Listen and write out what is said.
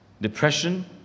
depression